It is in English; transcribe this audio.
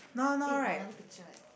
eh got another picture eh